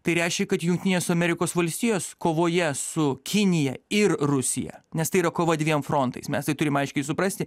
tai reiškia kad jungtinės amerikos valstijos kovoje su kinija ir rusija nes tai yra kova dviem frontais mes tai turim aiškiai suprasti